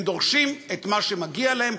הם דורשים את מה שמגיע להם,